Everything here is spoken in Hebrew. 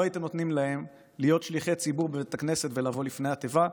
לא הייתם נותנים להם להיות שליחי ציבור בבית הכנסת ולבוא לפני התיבה,